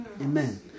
Amen